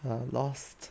uh lost